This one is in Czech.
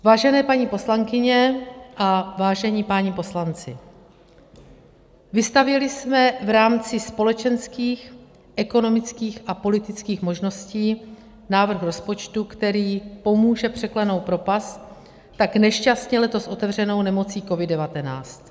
Vážené paní poslankyně a vážení páni poslanci, vystavěli jsme v rámci společenských, ekonomických a politických možností návrh rozpočtu, který pomůže překlenout propast tak nešťastně letos otevřenou nemocí COVID19.